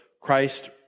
Christ